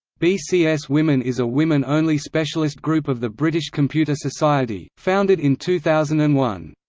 bcswomen is a women-only specialist group of the british computer society, founded in two thousand and one.